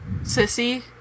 Sissy